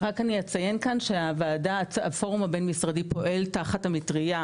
רק אני אציין שהפורום הבין משרדי פועל תחת המטרייה